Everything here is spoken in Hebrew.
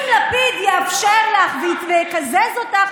אם לפיד יאפשר לך ויקזז אותך,